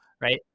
right